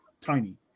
tiny